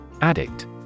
Addict